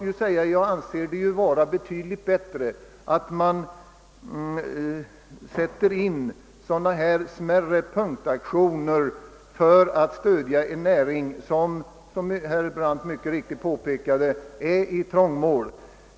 Jag anser det vara betydligt bättre att vi sätter in smärre punktaktioner för att stödja en näring som — vilket herr Brandt mycket riktigt påpekade — befinner sig i trångmål.